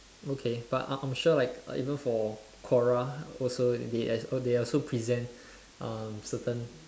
okay but I'm I'm sure like even for Quora also they as they also present um certain